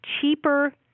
cheaper